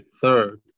third